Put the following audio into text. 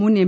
മുൻ എം